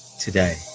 today